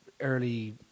early